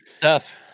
tough